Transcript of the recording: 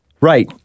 Right